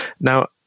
now